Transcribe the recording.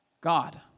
God